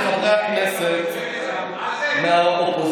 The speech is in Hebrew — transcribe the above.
עכשיו לחברי הכנסת מהאופוזיציה,